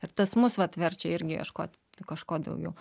ir tas mus vat verčia irgi ieškot kažko daugiau